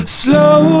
slow